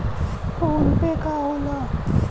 PhonePe का होला?